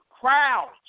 crowds